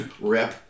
rip